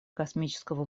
космического